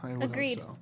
Agreed